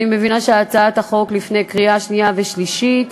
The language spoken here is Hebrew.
אני מבינה שהצעת החוק לפני קריאה שנייה ושלישית,